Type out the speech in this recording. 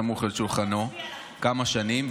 סמוך על שולחנו כמה שנים,